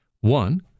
One